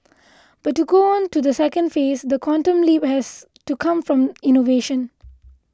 but to go on to the second phase the quantum leap has to come from innovation